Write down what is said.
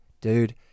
dude